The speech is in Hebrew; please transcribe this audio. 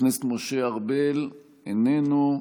חבר הכנסת משה ארבל, איננו.